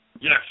Yes